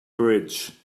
bridge